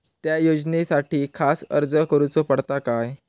त्या योजनासाठी खास अर्ज करूचो पडता काय?